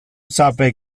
sape